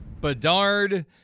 bedard